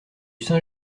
saint